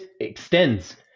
extends